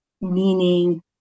meaning